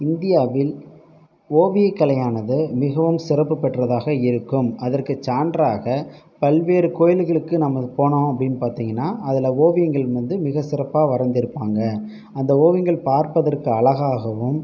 இந்தியாவில் ஓவியக் கலையானது மிகவும் சிறப்பு பெற்றதாக இருக்கும் அதற்கு சான்றாக பல்வேறு கோயில்களுக்கு நம்ம போனோம் அப்படின்னு பார்த்தீங்கன்னா அதில் ஓவியங்கள் வந்து மிக சிறப்பாக வரைந்திருப்பாங்க அந்த ஓவியங்கள் பார்ப்பதற்கு அழகாகவும்